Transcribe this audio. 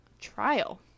trial